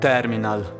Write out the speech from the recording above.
Terminal